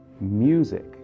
music